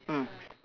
mm